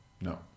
No